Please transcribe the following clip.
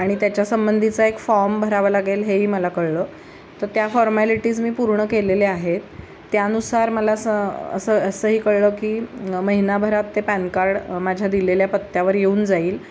आणि त्याच्यासंबंधीचा एक फॉर्म भरावं लागेल हेही मला कळलं तं त्या फॉर्मेलिटीज मी पूर्ण केलेल्या आहेत त्यानुसार मला स असं असंही कळलं की महिनाभरात ते पॅन कार्ड माझ्या दिलेल्या पत्त्यावर येऊन जाईल